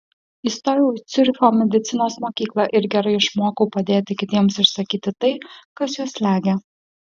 įstojau į ciuricho medicinos mokyklą ir gerai išmokau padėti kitiems išsakyti tai kas juos slegia